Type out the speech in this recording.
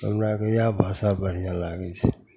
तऽ हमराके इएह भाषा बढ़िआँ लागै छै